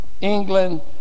England